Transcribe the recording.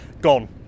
Gone